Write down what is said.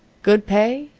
good pay.